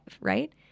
Right